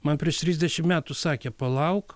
man prieš trisdešim metų sakė palauk